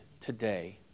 today